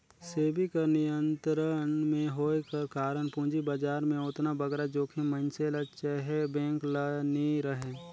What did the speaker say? सेबी कर नियंत्रन में होए कर कारन पूंजी बजार में ओतना बगरा जोखिम मइनसे ल चहे बेंक ल नी रहें